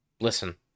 listen